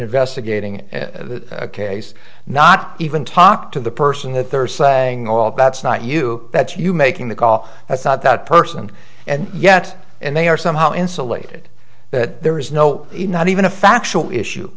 investigating the case not even talk to the person that they're saying all that's not you that's you making the call that's not that person and yet and they are somehow insulated that there is no not even a factual issue